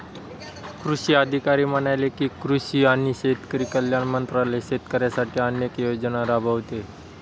कृषी अधिकारी म्हणाले की, कृषी आणि शेतकरी कल्याण मंत्रालय शेतकऱ्यांसाठी अनेक योजना राबवते